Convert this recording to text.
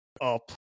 up